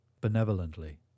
benevolently